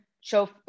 show